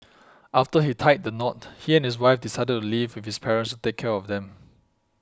after he tied the knot he and his wife decided to live with his parents to take care of them